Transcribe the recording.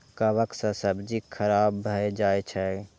कवक सं सब्जी खराब भए जाइ छै